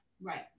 right